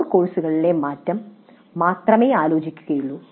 core കോഴ്സിലെ മാറ്റം മാത്രമേ ആലോചിക്കുകയുള്ളൂ